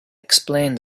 explained